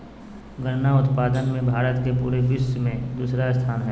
गन्ना उत्पादन मे भारत के पूरे विश्व मे दूसरा स्थान हय